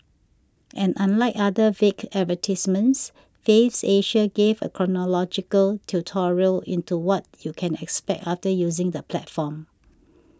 and unlike other vague advertisements Faves Asia gave a chronological tutorial into what you can expect after using the platform